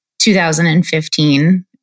2015